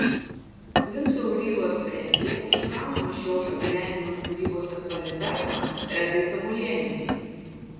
vinco aurylos premija už prano mašioto gyvenimo ir kūrybos aktualizavimą redai tamulienei